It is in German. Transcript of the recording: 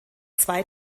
zwei